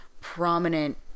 prominent